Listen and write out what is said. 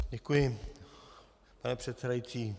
Děkuji, pane předsedající.